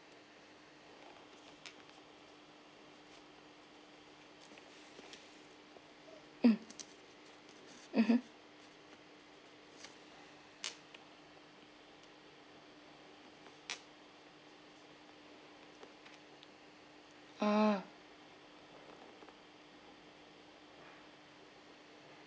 mm mmhmm ah